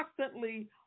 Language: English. constantly